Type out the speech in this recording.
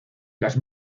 las